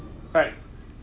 right